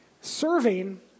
Serving